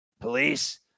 police